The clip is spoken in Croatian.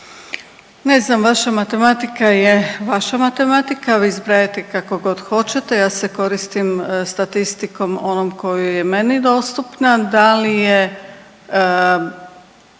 Ne znam vaša matematika je vaša matematika, vi zbrajate kako god hoćete, ja se koristim statistikom onom koju je meni dostupna. Da li je,